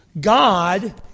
God